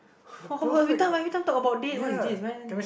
every time why every time talk about date what is this man